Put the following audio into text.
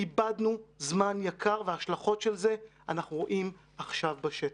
איבדנו זמן יקר ואת ההשלכות של זה אנחנו רואים עכשיו בשטח.